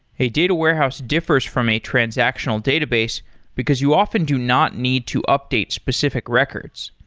a data warehouse differs from a transactional database because you often do not need to update specific records.